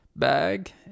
bag